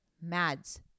Mads